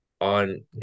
on